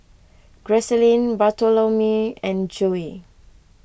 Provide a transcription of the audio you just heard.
Gracelyn Bartholomew and Joye